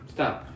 Stop